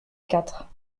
quatre